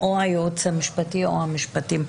הייעוץ המשפטי או את משרד המשפטים,